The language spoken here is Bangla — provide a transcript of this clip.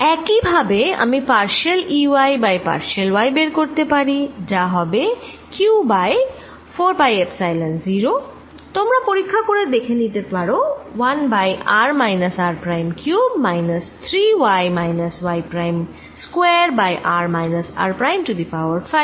একই ভাবে আমি partial E y by partial y বের করতে পারি যা হবে q বাই 4 পাই এপ্সাইলন 0 তোমরা পরিক্ষা করে দেখে নিতে পারো 1 by r minus r prime cube minus 3 y minus y prime square by r minus r prime to the power 5